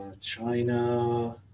China